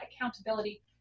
accountability